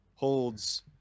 Holds